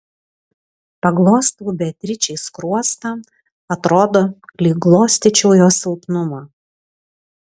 paglostau beatričei skruostą atrodo lyg glostyčiau jos silpnumą